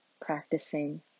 practicing